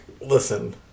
listen